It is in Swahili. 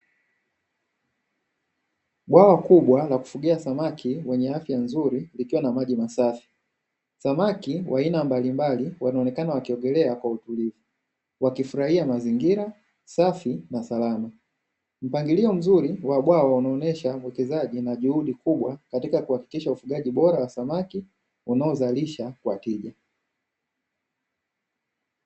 Bwawa kubwa la kufugia samaki wenye afya nzuri likiwa na maji masafi, samaki wa aina mbalimbali wanaonekana wakiogelea kwa utulivu, wakifurahia mazingira safi na salama. Mpangilio mzuri wa bwawa unaonyesha uwekezaji na juhudi kubwa katika kuhakikisha ufugaji bora wa samaki unaozalisha kwa tija.